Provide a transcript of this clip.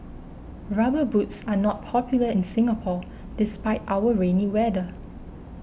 rubber boots are not popular in Singapore despite our rainy weather